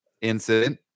incident